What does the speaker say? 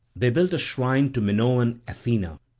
they built a shrine to minoan athena,